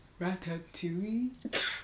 Ratatouille